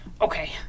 okay